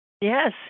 Yes